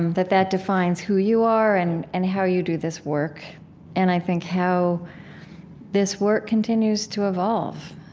that that defines who you are and and how you do this work and, i think, how this work continues to evolve